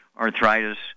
arthritis